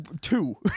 two